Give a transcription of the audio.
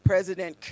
President